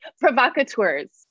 Provocateurs